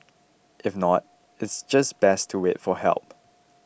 if not it's just best to wait for help